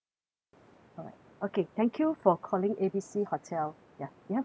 alright okay thank you for calling A B C hotel ya you have a nice day